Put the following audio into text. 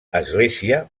església